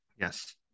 yes